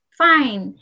fine